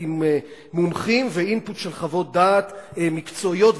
עם מומחים ו-input של חוות דעת מקצועיות.